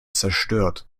zerstört